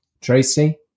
Tracy